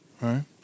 right